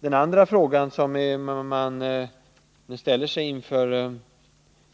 Den andra frågan man ställer sig